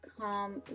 come